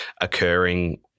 occurring